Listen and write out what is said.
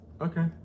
Okay